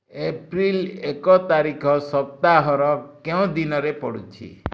April ଏକ ତାରିଖ ସପ୍ତାହର କେଉଁ ଦିନରେ ପଡ଼ୁଛି